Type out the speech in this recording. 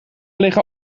liggen